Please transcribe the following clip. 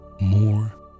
more